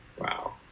wow